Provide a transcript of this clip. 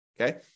Okay